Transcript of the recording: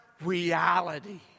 reality